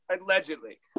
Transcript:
allegedly